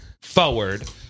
forward